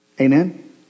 Amen